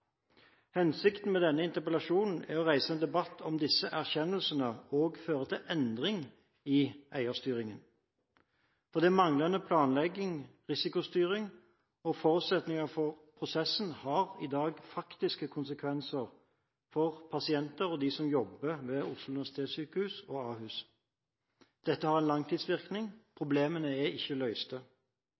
Hensikten med denne interpellasjonen er å reise en debatt om disse erkjennelsene også fører til endring i eierstyringen. Manglende planlegging, risikostyring og forutsetninger for prosessen har i dag faktiske konsekvenser for pasienter og dem som jobber ved Oslo universitetssykehus og Ahus. Dette har en langtidsvirkning, problemene er ikke